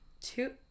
Two